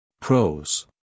Pros